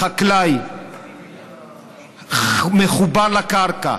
החקלאי מחובר לקרקע,